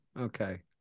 okay